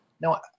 now